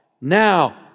Now